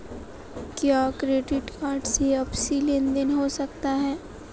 क्या credit card से आपसी लेनदेन हो सकता है?